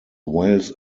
whales